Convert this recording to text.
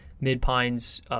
Mid-Pines